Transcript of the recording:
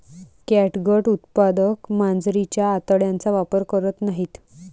catgut उत्पादक मांजरीच्या आतड्यांचा वापर करत नाहीत